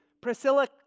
priscilla